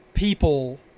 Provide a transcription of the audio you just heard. people